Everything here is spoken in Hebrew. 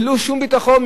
ללא שום ביטחון,